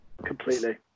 completely